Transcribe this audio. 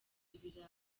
ibirayi